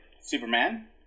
Superman